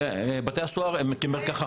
בתי הסוהר הם כמרקחה.